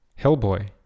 Hellboy